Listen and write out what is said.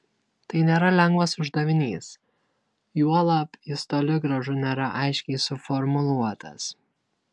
tai nėra lengvas uždavinys juolab jis toli gražu nėra aiškiai suformuluotas